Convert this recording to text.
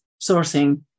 sourcing